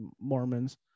Mormons